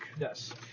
Yes